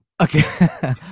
Okay